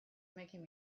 making